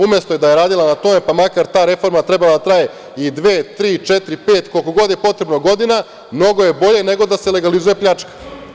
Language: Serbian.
Umesto da je radila na tome, pa makar ta reforma trebala da traje i dve, tri, četiri, pet, koliko je god potrebno, godina, mnogo je bolje nego da se legalizuje pljačka.